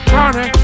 Johnny